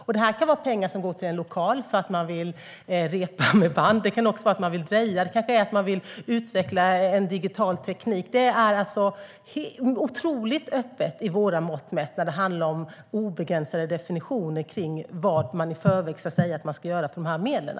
Man ska kunna använda pengarna för att man vill repa med band i en lokal, för att man vill dreja eller kanske för att man vill utveckla en digital teknik. Det är otroligt öppet, med våra mått mätt. Det är obegränsade definitioner för vad man i förväg ska säga att man ska göra för medlen.